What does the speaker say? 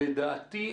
לדעתי,